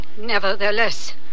Nevertheless